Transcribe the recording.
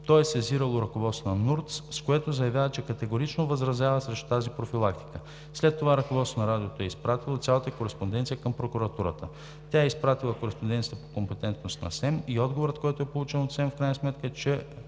то е сезирало ръководството на НУРТС, с което заявява, че категорично възразява срещу тази профилактика. След това ръководството на Радиото е изпратило цялата кореспонденция към прокуратурата. Тя е изпратила кореспонденцията по компетентност на СЕМ и отговорът, който е получен от СЕМ, в крайна сметка е от